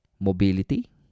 mobility